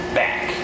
back